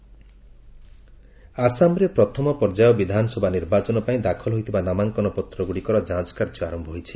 Assam election ଆସାମରେ ପ୍ରଥମ ପର୍ଯ୍ୟାୟ ବିଧାନସଭା ନିର୍ବାଚନ ପାଇଁ ଦାଖଲ ହୋଇଥିବା ନାମାଙ୍କନପତ୍ରଗୁଡ଼ିକର ଯାଞ୍ଚ କାର୍ଯ୍ୟ ଆରମ୍ଭ ହୋଇଛି